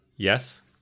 Yes